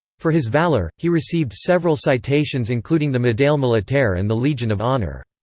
for his valour, he received several citations including the medaille militaire and the legion of honour.